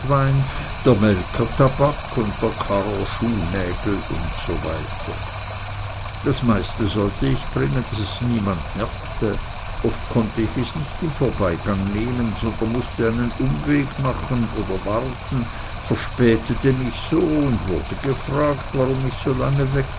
tabak der karrer schuhnägel usw das meiste sollte ich bringen daß es niemand merke oft konnte ich es nicht im vorbeigang nehmen sondern mußte einen umweg machen oder warten verspätete mich so und wurde gefragt warum ich so lange